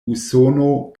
usono